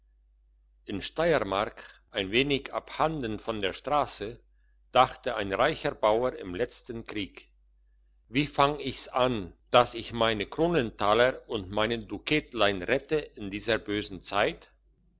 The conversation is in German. in steiermark ein wenig abhanden von der strasse dachte ein reicher bauer im letzten krieg wie fang ich's an dass ich meine kronentaler und meine dukätlein rette in dieser bösen zeit